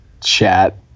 chat